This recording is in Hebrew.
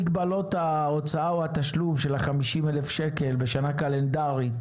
מגבלות ההוצאה או התשלום של ה-50,000 שקל בשנה קלנדרית